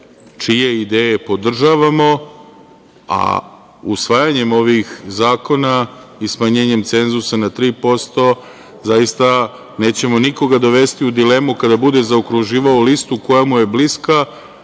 čije ideje podržavamo, a usvajanjem ovih zakona i smanjenjem cenzusa na 3% zaista nećemo nikoga dovesti u dilemu kada bude zaokruživao listu koja mu je bliska